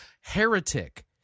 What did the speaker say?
heretic